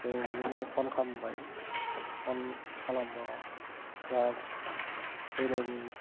जों बिदिनो फ'न खालामबाय फ'न खालामबा जा बैनायनि